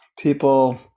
people